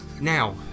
Now